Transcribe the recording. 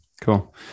Cool